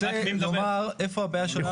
אני רוצה לומר איפה הבעיה שלנו.